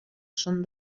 són